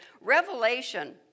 Revelation